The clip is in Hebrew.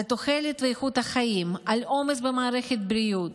על תוחלת ואיכות החיים, על עומס במערכת הבריאות.